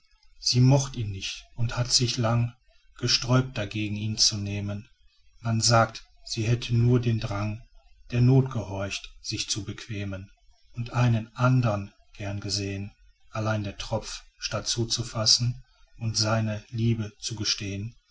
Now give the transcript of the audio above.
sie mocht ihn nicht und hat sich lang gesträubt dagegen ihn zu nehmen man sagt sie hätte nur dem drang der noth gehorcht sich zu bequemen und einen andern gern gesehn allein der tropf statt zuzufassen und seine liebe zu